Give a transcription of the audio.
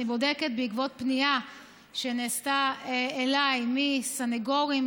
בודקת בעקבות פנייה שנעשתה אליי מסנגורים,